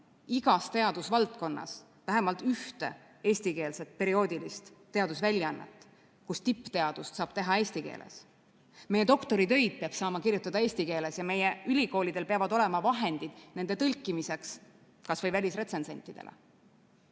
igas teadusvaldkonnas vähemalt ühte eestikeelset perioodilist teadusväljaannet, milles tippteadust saab käsitleda eesti keeles. Meie doktoritöid peab saama kirjutada eesti keeles ja meie ülikoolidel peavad olema vahendid nende tõlkimiseks kas või välisretsensentidele.